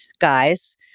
guys